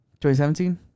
2017